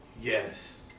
Yes